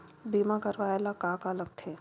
बीमा करवाय ला का का लगथे?